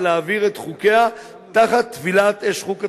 להעביר את חוקיה תחת טבילת אש חוקתית.